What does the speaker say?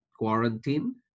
Quarantine